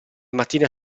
mattina